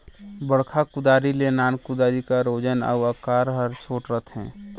बड़खा कुदारी ले नान कुदारी कर ओजन अउ अकार हर छोटे रहथे